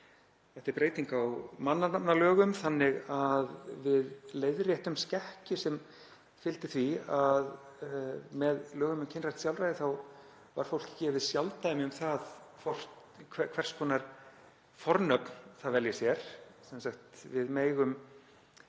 Þetta er breyting á mannanafnalögum þannig að við leiðréttum skekkju sem fylgdi því að með lögum um kynrænt sjálfræði var fólki gefið sjálfdæmi um það hvers konar fornöfn það velji sér.